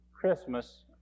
Christmas